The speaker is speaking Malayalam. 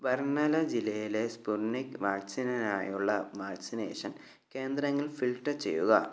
ബർനല ജില്ലയിലെ സ്പുട്നിക് വാക്സിനിനായുള്ള വാക്സിനേഷൻ കേന്ദ്രങ്ങൾ ഫിൽട്ടർ ചെയ്യുക